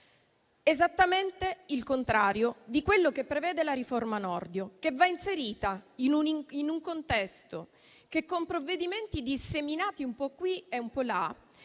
esattamente il contrario di quello che prevede la riforma Nordio, che va inserita in un contesto che, con provvedimenti disseminati un po' qui e un po' là,